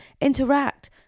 interact